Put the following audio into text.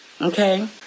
Okay